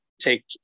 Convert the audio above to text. take